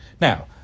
Now